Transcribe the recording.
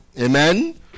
Amen